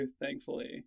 thankfully